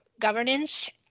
governance